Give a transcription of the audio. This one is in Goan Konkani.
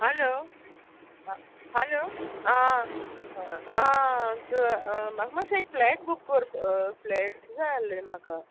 हॅलो हॅलो आं आं तूं म्हाका माश्शें एक फ्लॅट बूक कोरप् फ्लॅट जाय आसलें म्हाका